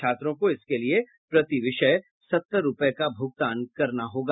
छात्रों को इसके लिए प्रति विषय सत्तर रूपये का भुगतान करना होगा